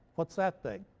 what's that thing?